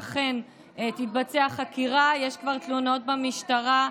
אכן תתבצע חקירה, יש כבר תלונות במשטרה,